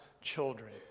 children